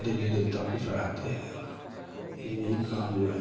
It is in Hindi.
देवी देवता को चढ़ाते हैं हम लोग यह यह काम जो है